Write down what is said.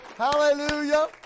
Hallelujah